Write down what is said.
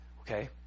Okay